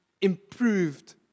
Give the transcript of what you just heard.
improved